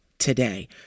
Today